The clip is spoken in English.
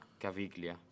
Caviglia